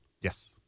Yes